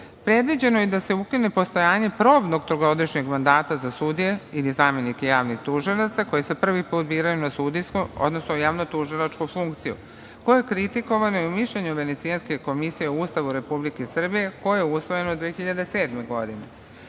je da se ukine postojanje probnog trogodišnjeg mandata za sudije ili zamenike javnih tužilaca koji se prvi put biraju na sudijsku, odnosno javno tužilačku funkciju koje je kritikovano i u mišljenju Venecijanske komisije o Ustavu Republike Srbije koje je usvojeno u 2007.